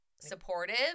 supportive